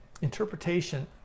interpretation